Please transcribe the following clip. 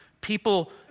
people